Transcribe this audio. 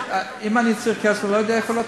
אם אני צריך כסף, אני לא יודע מאיפה להתחיל.